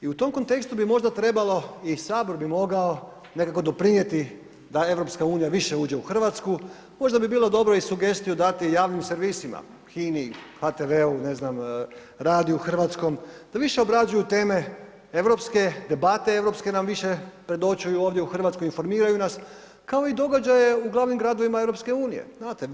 I u tom kontekstu bi možda trebalo i Sabor bi mogao nekako doprinijeti da EU više uđe u Hrvatsku, možda bi bilo dobro i sugestiju dati javnim servisima, HINA-i, HTV-u, ne znam, radiju hrvatskom da više obrađuju teme europske, debate europske nam više predočuju ovdje u Hrvatskoj, informiraju nas kao i događaje u glavnim gradovima EU znate.